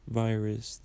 virus